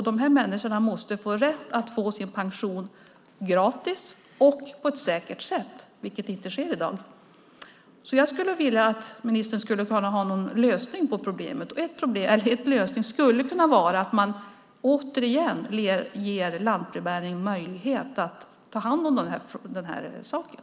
De här människorna måste få rätt att få ut sin pension gratis och på ett säkert sätt, vilket inte sker i dag. Jag skulle vilja att ministern skulle kunna ha någon lösning på problemet. En lösning skulle kunna vara att återigen ge lantbrevbärarna möjlighet att ta hand om den här saken.